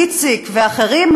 איציק ואחרים,